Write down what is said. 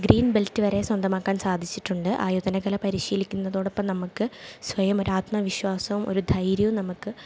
green belt വരെ സ്വന്തമാക്കാൻ സാധിച്ചിട്ടുണ്ട് ആയോധനകല പരിശീലിക്കുന്നതോടൊപ്പം നമുക്ക് സ്വയം ഒരാത്മാവിശ്വാസവും ഒരു ധൈര്യവും നമുക്ക്